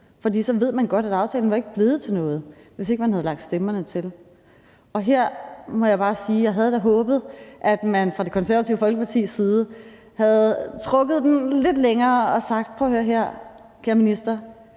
for så ved man godt, at aftalen ikke var blevet til noget, hvis ikke man havde lagt stemmer til den. Her må jeg bare sige, at jeg da havde håbet, at man fra Det Konservative Folkepartis side havde trukket den lidt længere og sagt: Prøv at høre her, kære minister,